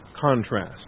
contrast